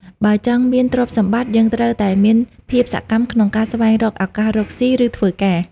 បើចង់មានទ្រព្យសម្បត្តិ យើងត្រូវតែមានភាពសកម្មក្នុងការស្វែងរកឱកាសរកស៊ី ឬធ្វើការ។